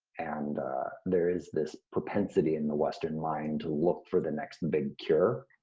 and there is this propensity in the western mind to look for the next and big cure.